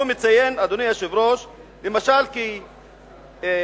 אדוני היושב-ראש, הוא מציין למשל בעניין